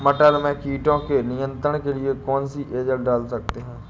मटर में कीटों के नियंत्रण के लिए कौन सी एजल डाल सकते हैं?